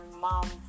mom